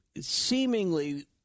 seemingly